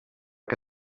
que